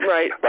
Right